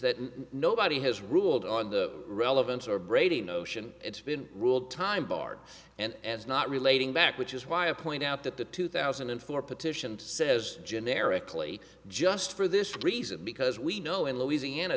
that nobody has ruled on the relevance or brady notion it's been ruled time barred and is not relating back which is why a point out that the two thousand and four petition says generically just for this reason because we know in louisiana